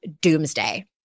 doomsday